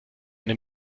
eine